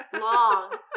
long